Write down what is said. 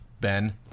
Ben